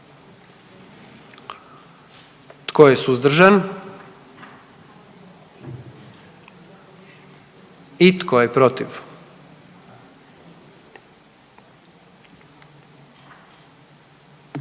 Tko je suzdržan? I tko je protiv?